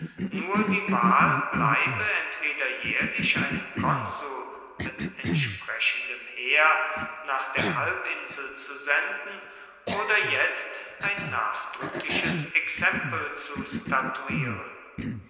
nur die wahl bleibe entweder jährlich einen konsul mit entsprechendem heer nach der halbinsel zu senden oder jetzt ein nachdrückliches exempel zu statuieren